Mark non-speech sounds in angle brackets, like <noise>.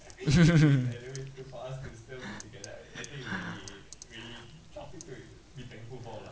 <laughs>